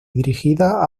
dirigida